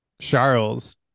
Charles